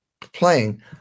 playing